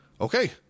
okay